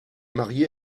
marié